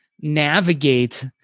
navigate